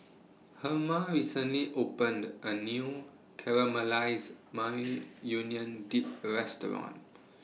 Herma recently opened A New Caramelized Maui Union Dip Restaurant